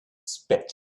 spit